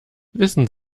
wissen